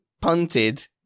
punted